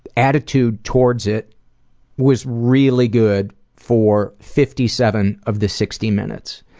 attitude towards it was really good for fifty seven of the sixty minutes.